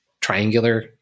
triangular